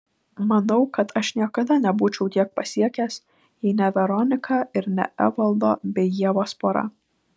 manau kad aš niekada nebūčiau tiek pasiekęs jei ne veronika ir ne evaldo bei ievos pora